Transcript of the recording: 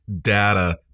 data